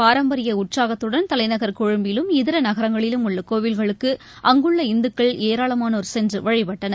பாரம்பரியஉற்சாகத்துடன் தலைநகர் கொழும்பிலும் இதரநகரங்களிலும் உள்ளகோவில்களுக்கு அங்குள்ள இந்துக்கள் ஏராளமானோர் சென்றுவழிபட்டனர்